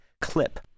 clip